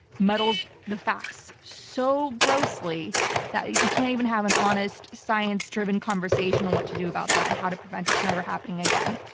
muddles the facts so grossly that you can't even have an honest science-driven conversation on what to do about that and how to prevent it from ever happening again.